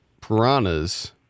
Piranhas